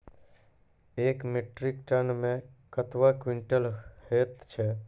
एक metric ton मे कतवा क्वींटल हैत छै?